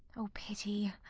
o pity!